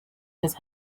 his